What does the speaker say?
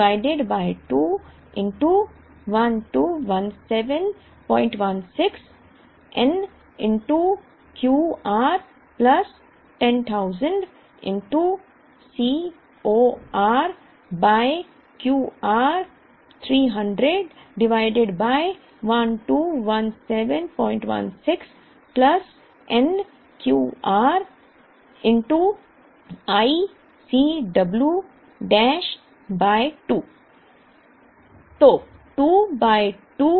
इसलिए 200 10000 divided by 2 121716 n Q r plus 10000 C o r by Q r 300 divided by 121716 plus n Q r i C w dash by 2